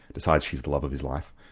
decides she's the love of his life,